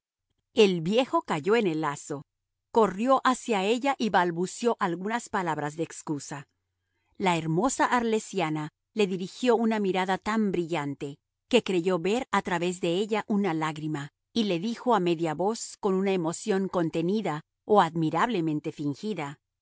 el viejo cayó en el lazo corrió hacia ella y balbuceó algunas palabras de excusa la hermosa arlesiana le dirigió una mirada tan brillante que creyó ver a través de ella una lágrima y le dijo a media voz con una emoción contenida o admirablemente fingida